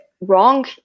wrong